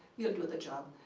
we'll do the job.